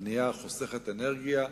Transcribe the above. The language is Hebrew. בנייה חוסכת אנרגיה,